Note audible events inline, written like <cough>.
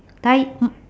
ty~ <noise>